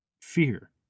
Fear